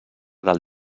del